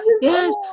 yes